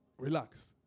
relax